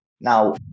Now